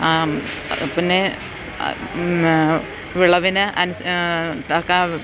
പിന്നെ വിളവിന്